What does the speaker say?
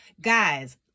guys